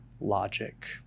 logic